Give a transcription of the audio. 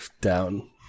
down